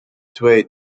twee